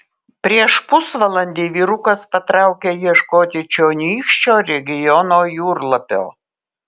prieš pusvalandį vyrukas patraukė ieškoti čionykščio regiono jūrlapio